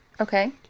Okay